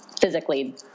physically